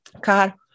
car